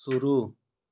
शुरू